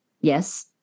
Yes